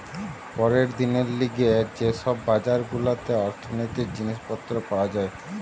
পরের দিনের লিগে যে সব বাজার গুলাতে অর্থনীতির জিনিস পত্র পাওয়া যায়